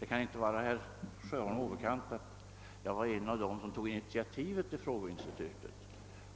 Det kan inte vara herr Sjöholm obekant att jag var en av dem som tog initiativet till frågeinstitutet